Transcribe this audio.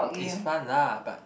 it's fun lah but